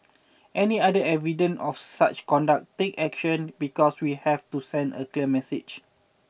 any other evident of such conduct take action because we have to send a clear message